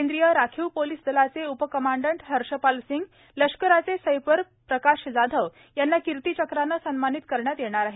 केंद्रीय राखीव पोलीस दलाचे उप कमांडंट हर्षपाल सिंग लष्कराचे सैपर प्रकाश जाधव यांना किर्ती चक्रानं सन्मानित करण्यात येणार आहे